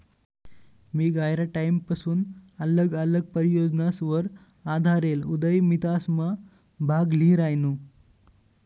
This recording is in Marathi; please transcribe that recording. मी गयरा टाईमपसून आल्लग आल्लग परियोजनासवर आधारेल उदयमितासमा भाग ल्ही रायनू